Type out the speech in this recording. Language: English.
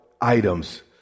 items